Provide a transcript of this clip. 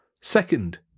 Second